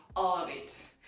all of it.